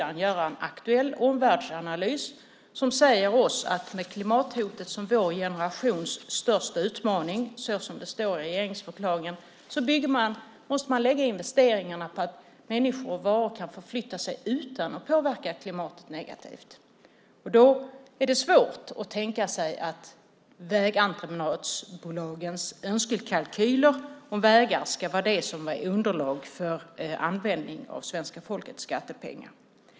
Man borde göra en aktuell omvärldsanalys som säger oss att man med klimathotet som vår generations största utmaning, som det står i regeringsförklaringen, måste lägga investeringarna på att människor och varor kan förflytta sig utan att påverka klimatet negativt. Då är det svårt att tänka sig att vägentreprenadbolagens önskekalkyler om vägar ska vara det som är underlag för användningen av svenska folkets skattepengar.